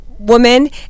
woman